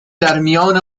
درمیان